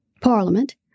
parliament